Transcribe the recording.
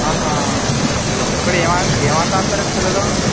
ఆహా వీళ్ళందరూ కూడా ఏమి ఏమి ఆట ఆడుతారండి పిల్లలు